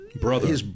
brother